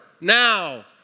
now